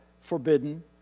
forbidden